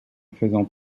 faisant